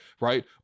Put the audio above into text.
right